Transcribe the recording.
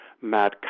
mad